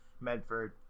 Medford